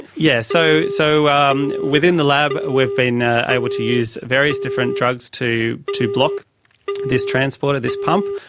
yeah so so um within the lab we've been ah able to use various different drugs to to block this transport of this pump,